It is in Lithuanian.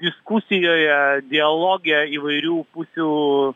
diskusijoje dialoge įvairių pusių